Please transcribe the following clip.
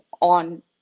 on